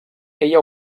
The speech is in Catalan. ella